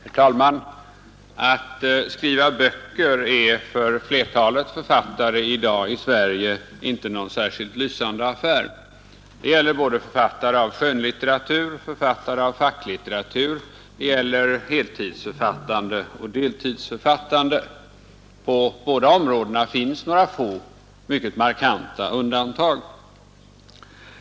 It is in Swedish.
Herr talman! Att skriva böcker är för flertalet författare i dag i Sverige inte någon särskilt lysande affär. Det gäller både författare av skönlitteratur och författare av facklitteratur. Det gäller heltidsförfattande och deltidsförfattande. På båda områdena finns det några få mycket markanta undantag.